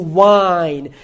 wine